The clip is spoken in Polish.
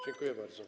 Dziękuję bardzo.